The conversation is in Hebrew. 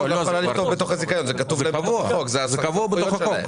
זה קבוע בחוק.